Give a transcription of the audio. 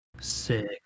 Sick